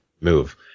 move